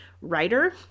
writer